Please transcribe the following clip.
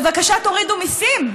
בבקשה תורידו מיסים.